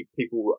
people